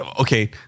Okay